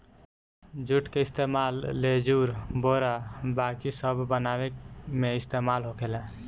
जुट के इस्तेमाल लेजुर, बोरा बाकी सब बनावे मे इस्तेमाल होखेला